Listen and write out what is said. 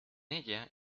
ella